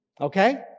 Okay